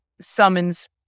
summons